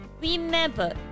Remember